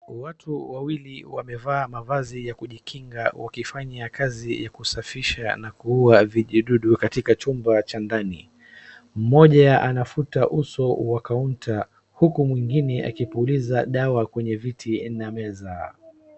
Watu wawili wamevaa mavazi ya kujikinga wakifanya kazi ya kusafisha na kuua vijidudu katika chumba cha ndani. Mmoja anafuta uso wa kaunta huku mwingine akipuuliza dawa kwenye viti na meza.